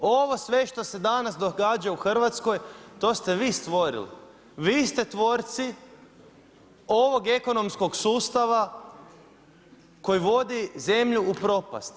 Ovo sve što se danas događa u Hrvatskoj to ste vi stvorili, vi ste tvorci ovog ekonomskog sustava koji vodi zemlju u propast.